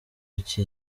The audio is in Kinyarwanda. iki